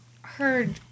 heard